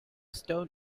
stone